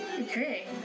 Okay